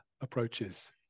approaches